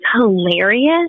hilarious